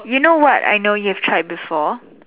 you know what I know you tried before